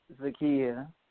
Zakia